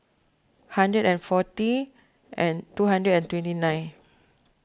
hundred and forty and two hundred and twenty nine